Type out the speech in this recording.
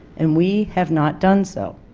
and we have not done so.